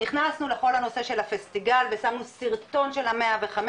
נכנסנו לכל הנושא הפסטיגל ושמנו סרטון של ה-105,